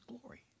glory